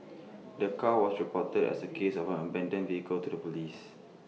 the car was reported as A case of an abandoned vehicle to the Police